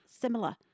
similar